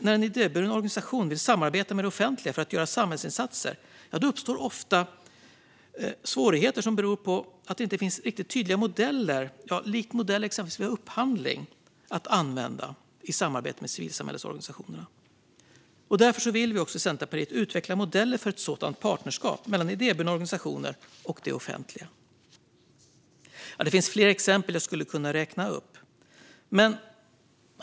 När en idéburen organisation vill samarbeta med det offentliga för att göra samhällsinsatser uppstår ofta svårigheter som beror på att det inte finns tydliga modeller, likt modeller vid upphandling, att använda vid ett sådant samarbete. Därför vill vi i Centerpartiet utveckla modeller för ett partnerskap mellan idéburna organisationer och det offentliga. Det finns fler exempel som jag skulle kunna räkna upp.